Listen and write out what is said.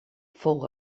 fou